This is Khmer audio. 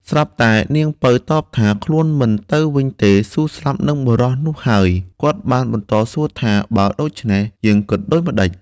ស្រាប់តែនាងពៅតបថា ខ្លួនមិនទៅវិញទេ ស៊ូស្លាប់នឹងបុរសនោះហើយ គាត់បានបន្តសួរថា បើដូច្នេះ យើងគិតដូចម្ដេច។